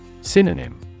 Synonym